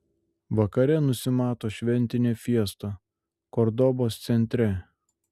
vakare nusimato šventinė fiesta kordobos centre